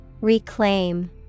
Reclaim